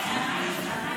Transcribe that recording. חוק?